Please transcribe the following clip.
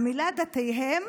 המילה "דתיהם",